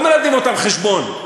לא מלמדים אותם חשבון,